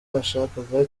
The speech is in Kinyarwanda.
bashakaga